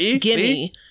gimme